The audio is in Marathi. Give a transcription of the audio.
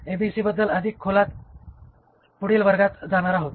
एबीसीबद्दल अधिक खोलात पुढील वर्गात जाणार आहोत